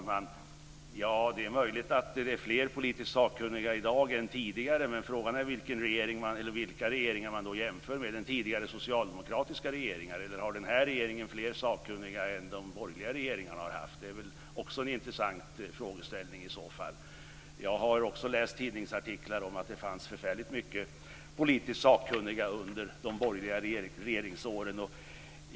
Fru talman! Det är möjligt att det i dag finns fler politiskt sakkunniga än tidigare, men frågan är vilken eller vilka regeringar som man då jämför med. Jämför man med tidigare socialdemokratiska regeringar eller med de borgerliga regeringar som vi har haft? Det är väl också en intressant frågeställning. Jag har även läst tidningsartiklar om att det fanns förfärligt många politiskt sakkunniga under de borgerliga regeringsåren.